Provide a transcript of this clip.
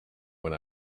when